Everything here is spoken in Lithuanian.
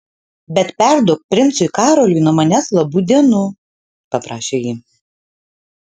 bet perduok princui karoliui nuo manęs labų dienų paprašė ji